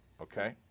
okay